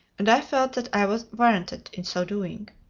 and i felt that i was warranted in so doing.